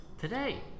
today